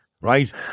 right